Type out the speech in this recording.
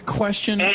question